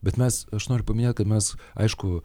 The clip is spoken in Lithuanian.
bet mes aš noriu paminėti kad mes aišku